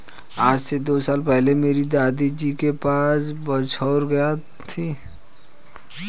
आज से दो साल पहले मेरे दादाजी के पास बछौर गाय थी